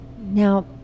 Now